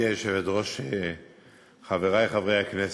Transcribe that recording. גברתי היושבת-ראש, חברי חברי הכנסת,